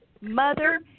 mother